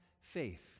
faith